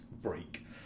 break